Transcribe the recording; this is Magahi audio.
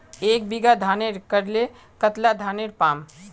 एक बीघा धानेर करले कतला धानेर पाम?